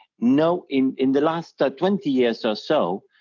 note, in in the last ah twenty years or so,